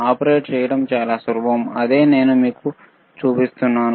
operate చేయడం చాలా సులభం అదే నేను మీకు చూపిస్తున్నాను